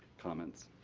comments.